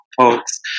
folks